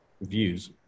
views